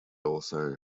also